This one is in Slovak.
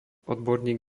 odborník